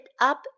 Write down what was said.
up